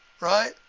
right